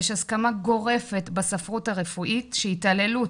יש הסכמה גורפת בספרות הרפואית שהתעללות,